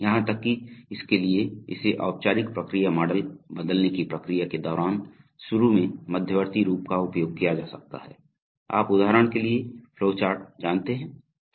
यहां तक कि इसके लिए इसे औपचारिक प्रक्रिया मॉडल बदलने की प्रक्रिया के दौरान शुरू में मध्यवर्ती रूप का उपयोग किया जा सकता है आप उदाहरण के लिए फ्लो चार्ट जानते हैं ठीक है